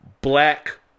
black